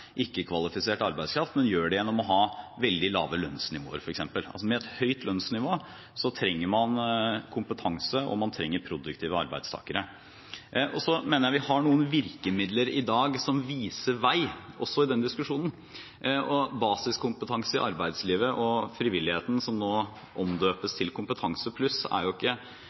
ikke gjøre som f.eks. i USA, hvor man kanskje har større evne til å ta opp ufaglært, ikke-kvalifisert arbeidskraft, men gjør det gjennom å ha veldig lave lønnsnivåer. Med et høyt lønnsnivå trenger man kompetanse, og man trenger produktive arbeidstakere. Jeg mener vi i dag har noen virkemidler som viser vei også i denne diskusjonen. Basiskompetanse i arbeidslivet og Basiskompetanse i frivilligheten, som nå omdøpes til Kompetanse+, er